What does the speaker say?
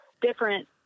different